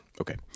Okay